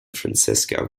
francisco